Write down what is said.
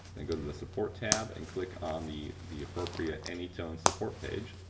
then go to the support tab and click on the the appropriate anytone support page.